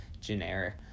generic